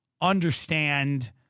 understand